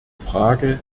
frage